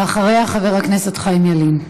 ואחריה, חבר הכנסת חיים ילין.